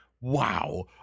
wow